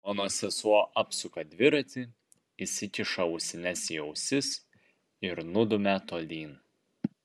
mano sesuo apsuka dviratį įsikiša ausines į ausis ir nudumia tolyn